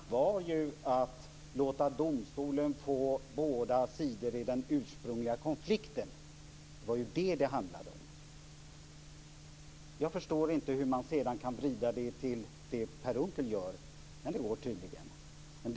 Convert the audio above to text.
Fru talman! Grundtanken med inlagan var ju att låta domstolen få kännedom om båda sidor i den ursprungliga konflikten. Det var det som det handlade om. Jag förstår inte hur man sedan kan vrida det till det Per Unckel gör. Men det går tydligen.